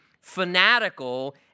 fanatical